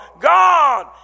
God